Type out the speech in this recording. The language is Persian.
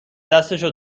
دستشو